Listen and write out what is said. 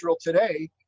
today